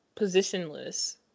positionless